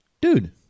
dude